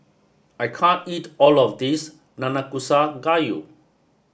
I can't eat all of this Nanakusa Gayu